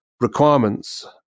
requirements